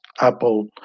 Apple